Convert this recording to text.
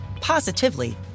positively